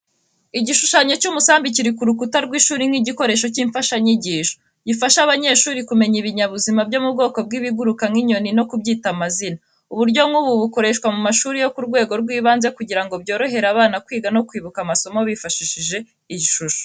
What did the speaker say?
Igishushanyo cy’umusambi kiri ku rukuta rw’ishuri nk’igikoresho cy’imfashanyigisho. Gifasha abanyeshuri kumenya ibinyabuzima byo mu bwoko bw'ibiguruka nk’inyoni no kubyita amazina. Uburyo nk’ubu bukoreshwa mu mashuri yo ku rwego rw’ibanze kugira ngo byorohere abana kwiga no kwibuka amasomo bifashishije ishusho.